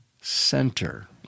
center